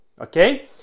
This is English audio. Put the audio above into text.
okay